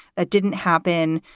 that didn't happen.